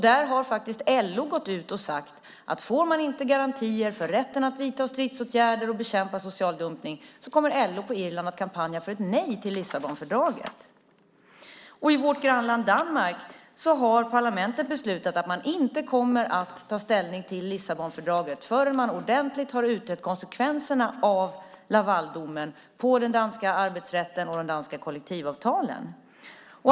Där har LO gått ut och sagt att om man inte får garantier för rätten att vidta stridsåtgärder och bekämpa social dumpning kommer LO på Irland att kampanja för ett nej till Lissabonfördraget. I vårt grannland Danmark har parlamentet beslutat att man inte kommer att ta ställning till Lissabonfördraget förrän man ordentligt utrett konsekvenserna av Lavaldomen på den danska arbetsrätten och de danska kollektivavtalen.